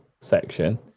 section